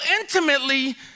intimately